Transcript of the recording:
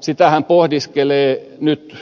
sitähän pohdiskelee nyt